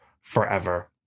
forever